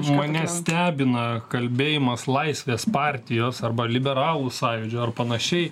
mane stebina kalbėjimas laisvės partijos arba liberalų sąjūdžio ar panašiai